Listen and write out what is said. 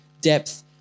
depth